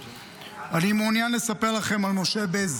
אני מעוניין לספר לכם על משה בז.